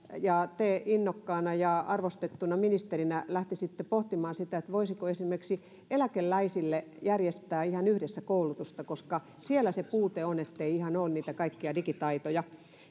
ja te innokkaana ja arvostettuna ministerinä lähtisitte pohtimaan sitä voitaisiinko esimerkiksi eläkeläisille järjestää ihan yhdessä koulutusta koska siellä se puute on ettei ole ihan kaikkia niitä digitaitoja